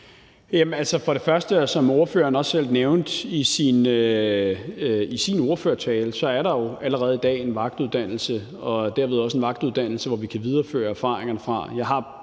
For det første, og som ordføreren også selv nævnte i sin ordførertale, er der jo allerede i dag en vagtuddannelse og dermed også en vagtuddannelse, som vi kan videreføre erfaringerne fra.